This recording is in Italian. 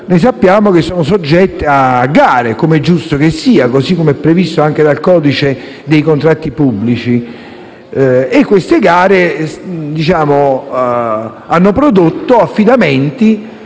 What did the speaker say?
sappiamo che esse sono soggette a gara, com'è giusto che sia e come è previsto anche dal codice dei contratti pubblici. Tali gare hanno prodotto affidamenti